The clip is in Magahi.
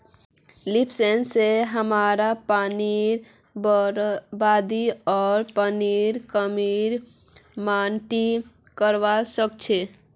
लीफ सेंसर स हमरा पानीर बरबादी आर पानीर कमीक मॉनिटर करवा सक छी